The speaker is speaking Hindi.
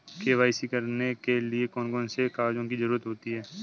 के.वाई.सी करने के लिए कौन कौन से कागजों की जरूरत होती है?